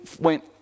went